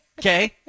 okay